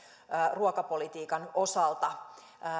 ruokapolitiikan osalta